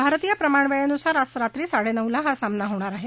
भारतीय प्रमाण वेळेनुसार आज रात्री साडे नऊला हा सामना होणार आहे